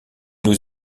nous